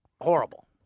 horrible